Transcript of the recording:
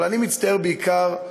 אבל אני מצטער בעיקר,